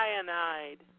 cyanide